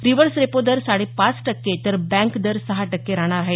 reverse repo दर साडेपाच टक्के तर बँक दर सहा टक्के राहणार आहे